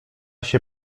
się